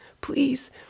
Please